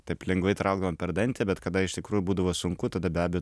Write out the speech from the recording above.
taip lengvai traukdavom per dantį bet kada iš tikrųjų būdavo sunku tada be abejo